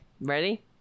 ready